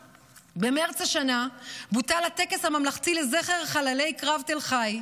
במרץ השנה בוטל לראשונה הטקס הממלכתי לזכר חללי קרב תל חי,